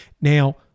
Now